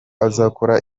azakora